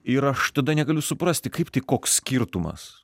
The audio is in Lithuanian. ir aš tada negaliu suprasti kaip tai koks skirtumas